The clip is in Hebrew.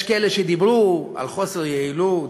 יש כאלה שדיברו על חוסר יעילות.